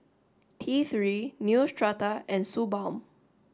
T three Neostrata and Suu balm